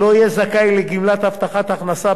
לא יהיה זכאי לגמלת הבטחת הכנסה,